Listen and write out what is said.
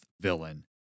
villain